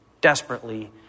desperately